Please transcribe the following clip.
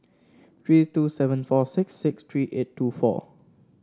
three two seven four six six three eight two four